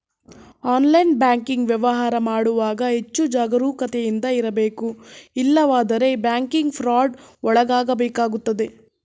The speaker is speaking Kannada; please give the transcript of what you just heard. ಆನ್ಲೈನ್ ಬ್ಯಾಂಕಿಂಗ್ ವ್ಯವಹಾರ ಮಾಡುವಾಗ ಹೆಚ್ಚು ಜಾಗರೂಕತೆಯಿಂದ ಇರಬೇಕು ಇಲ್ಲವಾದರೆ ಬ್ಯಾಂಕಿಂಗ್ ಫ್ರಾಡ್ ಒಳಗಾಗಬೇಕಾಗುತ್ತದೆ